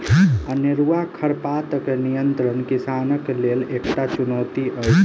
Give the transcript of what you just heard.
अनेरूआ खरपातक नियंत्रण किसानक लेल एकटा चुनौती अछि